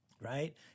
right